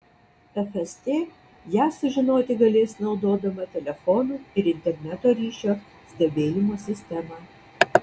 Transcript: fst ją sužinoti galės naudodama telefonų ir interneto ryšio stebėjimo sistemą